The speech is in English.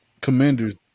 Commanders